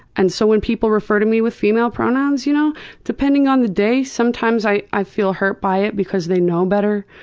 and so when people refer to me with female pronouns, you know depending on the day, sometimes i i feel hurt by it because they know better.